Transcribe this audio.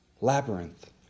Labyrinth